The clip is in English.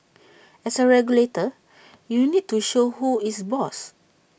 as A regulator you need to show who is boss